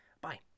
bye